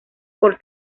por